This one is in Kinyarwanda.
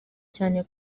cyane